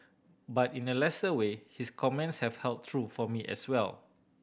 but in a lesser way his comments have held true for me as well